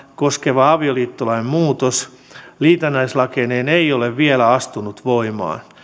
koskeva avioliittolain muutos liitännäislakeineen ei ole vielä astunut voimaan